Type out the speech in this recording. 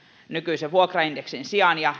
nykyisen vuokraindeksin sijaan ja